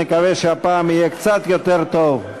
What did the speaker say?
נקווה שהפעם יהיה קצת יותר טוב.